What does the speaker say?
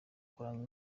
kuramya